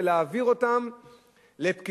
ולהעביר אותה לפקידים.